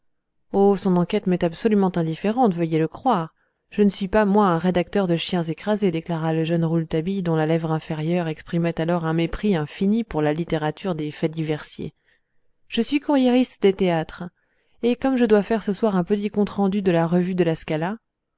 oh son enquête m'est absolument indifférente veuillez le croire je ne suis pas moi un rédacteur de chiens écrasés déclara le jeune rouletabille dont la lèvre inférieure exprimait alors un mépris infini pour la littérature des faits diversiers je suis courriériste des théâtres et comme je dois faire ce soir un petit compte rendu de la revue de la scala